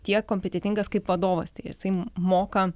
tiek kompetentingas kaip vadovas tai jisai moka